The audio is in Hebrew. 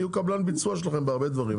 יהיו קבלן ביצוע שלכם בהרבה דברים,